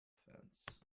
fence